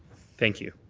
thank you.